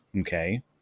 okay